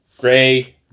gray